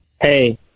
Hey